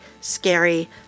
Scary